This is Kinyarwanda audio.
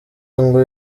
ngo